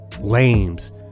lames